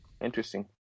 Interesting